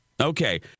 okay